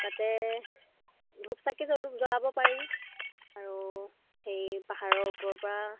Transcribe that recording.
তাতে ধূপ চাকি জলো জ্বলাব পাৰি আৰু সেই পাহাৰৰ ওপৰৰ পৰা